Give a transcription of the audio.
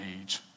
age